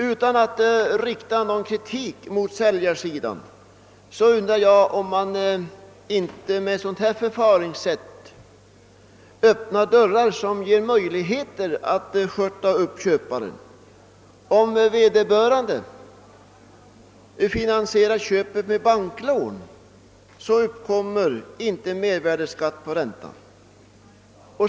Utan att rikta någon kritik mot säljarsidan undrar jag om man inte genom ett sådant här förfaringssätt öppnar dörrar som ger möjligheter att skörta upp köparen. Om vederbörande däremot finansierar köpet med banklån uppkommer inte mervärdeskatt på räntan.